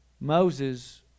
Moses